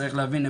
צריך להבין,